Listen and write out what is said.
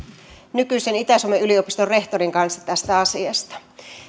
nykyisen itä suomen yliopiston rehtorin kanssa tästä asiasta